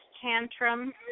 tantrum